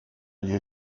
you